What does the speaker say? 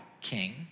king